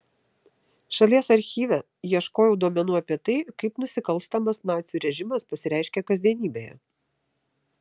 šalies archyve ieškojau duomenų apie tai kaip nusikalstamas nacių režimas pasireiškė kasdienybėje